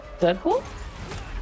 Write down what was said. Deadpool